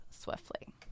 swiftly